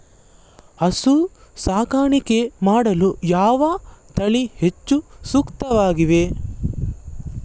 ಹಸು ಸಾಕಾಣಿಕೆ ಮಾಡಲು ಯಾವ ತಳಿ ಹೆಚ್ಚು ಸೂಕ್ತವಾಗಿವೆ?